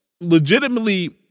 legitimately